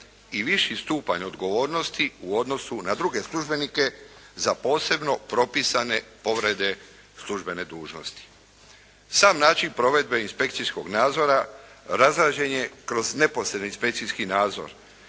i viši stupanj odgovornosti u odnosu na druge službenike za posebno propisane povrede službene dužnosti. Sam način provedbe inspekcijskog nadzora razrađen je kroz neposredni inspekcijski nadzor